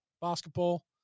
basketball